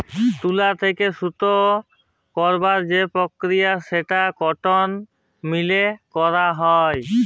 তুলো থেক্যে সুতো কইরার যে প্রক্রিয়া সেটো কটন মিলে করাক হয়